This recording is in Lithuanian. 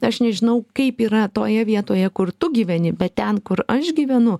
aš nežinau kaip yra toje vietoje kur tu gyveni bet ten kur aš gyvenu